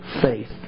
faith